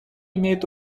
имеет